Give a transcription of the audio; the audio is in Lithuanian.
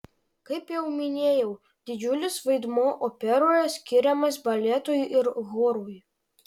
kaip jau minėjau didžiulis vaidmuo operoje skiriamas baletui ir chorui